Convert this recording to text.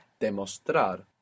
Demostrar